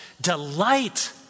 delight